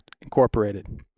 Incorporated